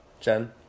Jen